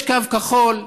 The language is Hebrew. יש קו כחול,